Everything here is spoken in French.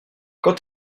quand